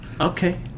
Okay